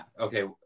okay